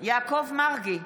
יעקב מרגי,